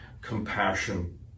compassion